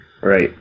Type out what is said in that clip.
Right